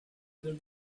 their